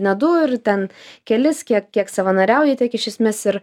ne du ir ten kelis kiek kiek savanoriauji tiek iš esmės ir